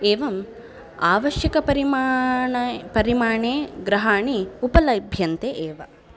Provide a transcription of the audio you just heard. एवम् आवश्यकपरिमाणपरिमाणे गृहाणि उपलभ्यन्ते एव